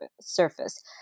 surface